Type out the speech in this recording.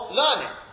learning